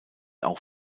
auch